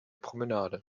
promenade